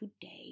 today